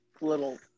Little